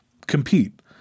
compete